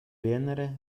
venere